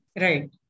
right